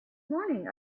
morning